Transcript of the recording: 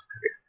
career